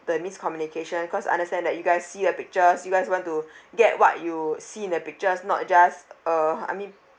the miscommunication cause I understand that you guys see the pictures you guys want to get what you see in the pictures not just uh I mean